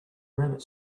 rabbit